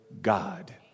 God